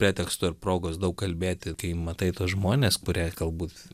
preteksto ir progos daug kalbėti kai matai tuos žmones kurie galbūt